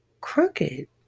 crooked